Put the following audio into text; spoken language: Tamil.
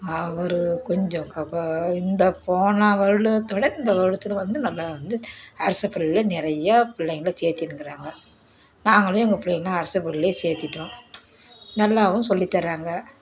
ஒரு கொஞ்சம் இந்த போன வருடத்தை விட இந்த வருடத்தில் வந்து நல்லா வந்து அரசுப் பள்ளியில் நிறையா பிள்ளைங்களை சேர்த்திருக்குறாங்க நாங்களும் எங்கள் பிள்ளைங்களை அரசுப் பள்ளியில் சேர்த்திட்டோம் நல்லாவும் சொல்லித்தராங்க